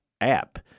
app